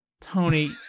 Tony